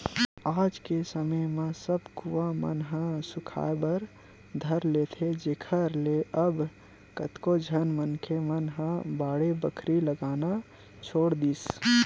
आज के समे म सब कुँआ मन ह सुखाय बर धर लेथे जेखर ले अब कतको झन मनखे मन ह बाड़ी बखरी लगाना छोड़ दिस